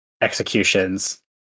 executions